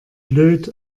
blöd